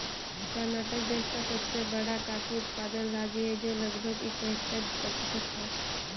कर्नाटक देश का सबसे बड़ा कॉफी उत्पादन राज्य है, जो लगभग इकहत्तर प्रतिशत है